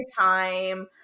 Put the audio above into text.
time